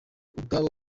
ubwabo